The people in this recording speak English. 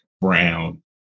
brown